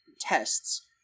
tests